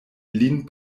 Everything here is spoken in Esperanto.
lin